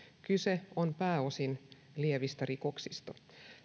kyse on pääosin lievistä rikoksista